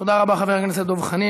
תודה רבה, חבר הכנסת דב חנין.